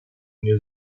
new